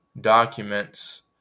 documents